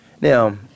Now